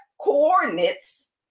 coordinates